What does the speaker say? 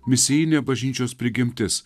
visi ne bažnyčios prigimtis